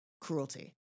cruelty